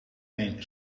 een